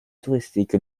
touristique